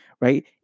right